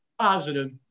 positive